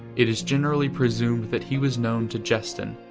it is generally presumed that he was known to jestyn,